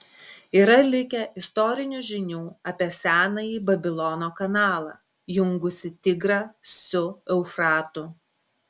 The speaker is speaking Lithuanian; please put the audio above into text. yra likę istorinių žinių apie senąjį babilono kanalą jungusį tigrą su eufratu